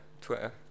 Twitter